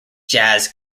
jazz